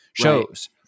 shows